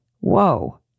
Whoa